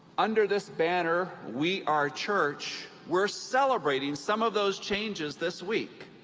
under this banner, we are church, we're celebrating some of those changes this week.